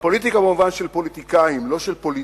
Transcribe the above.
הפוליטיקה במובן של פוליטיקאים, לא של פוליטיקה.